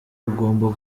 ugomba